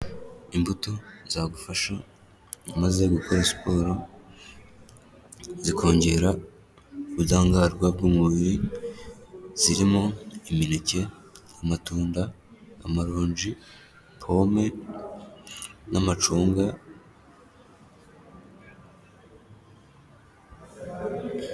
Imbuto nzagufasha umaze gukora siporo, zikongera ubudahangarwa bw'umubiri, zirimo imineke, amatunda, amaronji, pome, n'amacunga.